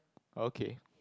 okay